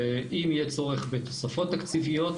אם יהיה צורך בתוספות תקציביות,